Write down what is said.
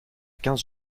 quinze